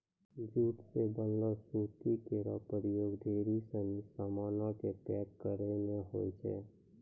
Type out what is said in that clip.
jute सें बनलो सुतरी केरो प्रयोग ढेरी सिनी सामानो क पैक करय म होय छै